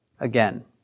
again